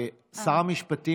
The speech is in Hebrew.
שר המשפטים,